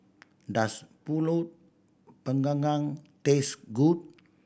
does Pulut Panggang taste good